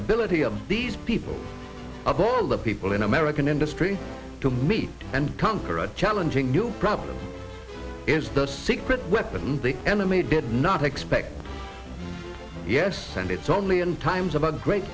ability of these people of all the people in american industry to meet and conquer a challenging new problem is the secret weapon the enemy did not expect yes and it's only in times of a great